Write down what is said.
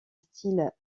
style